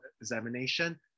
examination